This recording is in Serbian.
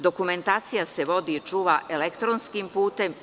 Dokumentacija se vodi i čuva elektronskim putem.